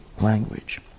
language